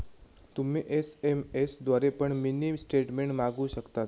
तुम्ही एस.एम.एस द्वारे पण मिनी स्टेटमेंट मागवु शकतास